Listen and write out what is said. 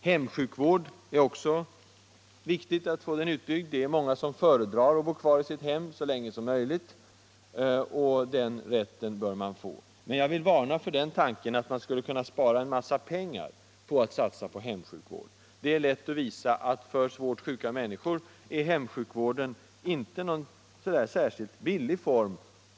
Hemsjukvården är det också viktigt att få utbyggd. Det är många som föredrar att bo kvar i sitt hem så länge som möjligt, och den rätten bör de få. Men jag vill varna för tanken att man skulle kunna spara en massa pengar genom att satsa på hemsjukvård. För svårt sjuka människor är hemsjukvården inte någon särskilt billig vårdform.